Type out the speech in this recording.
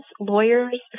lawyers